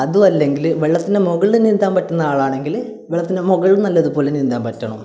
അതും അല്ലെങ്കിൽ വെള്ളത്തിൻ്റെ മുകളിൽ നീന്താൻ പറ്റുന്ന ആളാണെങ്കിൽ വെള്ളത്തിൻ്റെ മുകളിൽ നല്ലതുപോലെ നീന്താൻ പറ്റണം